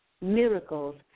miracles